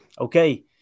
okay